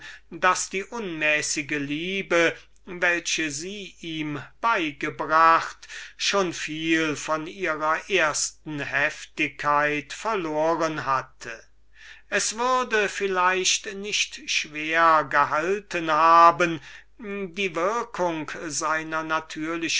daß die unmäßige liebe welche sie ihm beigebracht sehr viel von ihrer ersten heftigkeit verloren hatte es würde vielleicht nicht schwer gehalten haben die würkung seiner